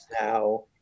now